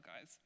guys